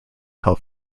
help